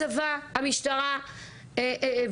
הצבא, המשטרה ושב"ס,